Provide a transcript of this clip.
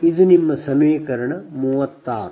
ಇದು ನಿಮ್ಮ ಸಮೀಕರಣ 36